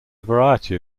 variety